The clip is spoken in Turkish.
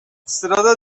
sırada